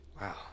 Wow